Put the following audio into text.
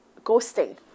ghosting